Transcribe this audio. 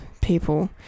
people